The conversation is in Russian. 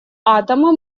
атомы